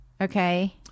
Okay